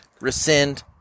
Rescind